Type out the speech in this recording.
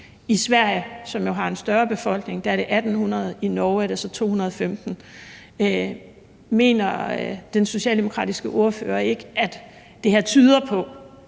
I Sverige, som jo har en større befolkning, er det 1.800, og i Norge er det så 215. Mener den socialdemokratiske ordfører ikke, at det her tyder på,